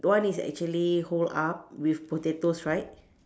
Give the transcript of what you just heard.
one is actually hold up with potatoes right